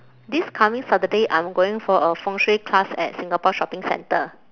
this coming saturday I'm going for a 风水 class at singapore shopping center